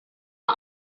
air